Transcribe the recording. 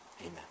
amen